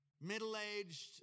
Middle-aged